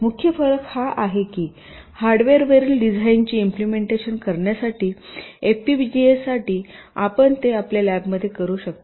मुख्य फरक हा आहे की हार्डवेअरवरील डिझाइनची इम्पलेमेंटेशन करण्यासाठी एफपीजीए साठी आपण ते आपल्या लॅबमध्ये करू शकता